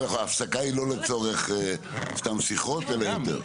כי הפסקה היא לא לצורך סתם שיחות אלא יותר,